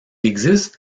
existe